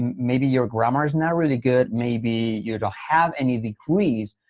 and maybe your grammar is not really good. maybe you don't have any degrees.